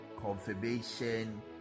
confirmation